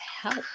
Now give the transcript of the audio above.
help